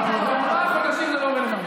ארבעה חודשים זה לא רלוונטי.